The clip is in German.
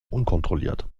unkontrolliert